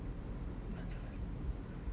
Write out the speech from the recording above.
what's the last one